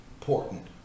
important